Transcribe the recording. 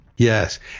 Yes